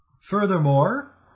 Furthermore